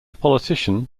politician